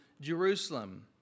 Jerusalem